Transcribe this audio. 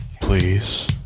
please